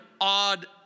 odd